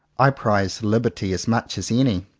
i prize liberty as much as any.